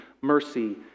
mercy